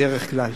בדרך כלל.